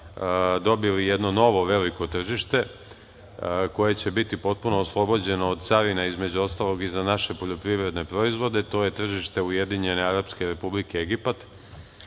dobili jedno novo veliko tržište, koje će biti potpuno oslobođeno od carine između ostalog i za naše poljoprivredne proizvode. To je tržište Ujedinjene Arapske Republike Egipat.